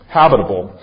habitable